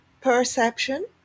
perception